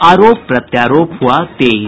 आरोप प्रत्यारोप हुआ तेज